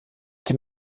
dem